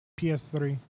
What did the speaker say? PS3